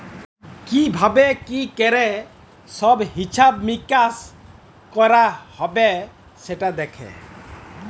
কি ভাবে কি ক্যরে সব হিছাব মিকাশ কয়রা হ্যবে সেটা দ্যাখে